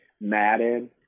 Madden